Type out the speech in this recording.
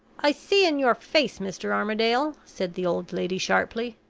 i see in your face, mr. armadale, said the old lady, sharply,